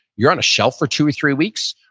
you're on a shelf for two or three weeks,